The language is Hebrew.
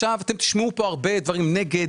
אתם תשמעו כאן הרבה דברים נגד,